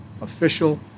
official